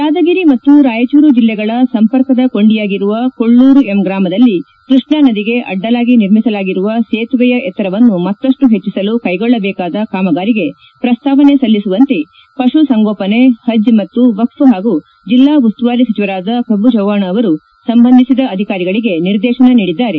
ಯಾದಗಿರಿ ಮತ್ತು ರಾಯಚೂರು ಜಿಲ್ಲೆಗಳ ಸಂಪರ್ಕದ ಕೊಂಡಿಯಾಗಿರುವ ಕೊಳ್ಳೂರು ಎಮ್ ಗ್ರಾಮದಲ್ಲಿ ಕೈಷ್ಣಾ ನದಿಗೆ ಅಡ್ಡಲಾಗಿ ನಿರ್ಮಿಸಲಾಗಿರುವ ಸೇತುವೆಯ ಎತ್ತರವನ್ನು ಮತ್ತಷ್ಟು ಹೆಚ್ಚಿಸಲು ಕೈಗೊಳ್ಳದೇಕಾದ ಕಾಮಗಾರಿಗೆ ಪ್ರಸ್ತಾವನೆ ಸಲ್ಲಿಸುವಂತೆ ಪಶು ಸಂಗೋಪನೆ ಪಜ್ ಮತ್ತು ವಕ್ಪ್ ಹಾಗೂ ಜಿಲ್ಲಾ ಉಸ್ತುವಾರಿ ಸಚಿವರಾದ ಶ್ರಭು ಚವ್ನಾಣ್ ಅವರು ಸಂಬಂಧಿಸಿದ ಅಧಿಕಾರಿಗಳಿಗೆ ನಿರ್ದೇಶನ ನೀಡಿದ್ದಾರೆ